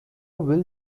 will